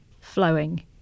flowing